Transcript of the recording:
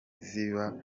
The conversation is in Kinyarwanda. ziba